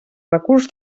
recurs